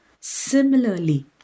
Similarly